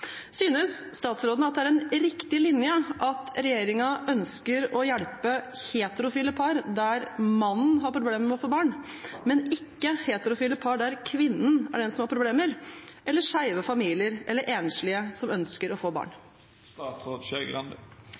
Synes statsråden at det er en riktig linje at regjeringen ønsker å hjelpe heterofile par der mannen har problemer med å få barn, men ikke heterofile par der kvinnen er den som har problemer, eller skeive familier, eller enslige som ønsker å få barn?